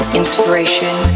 inspiration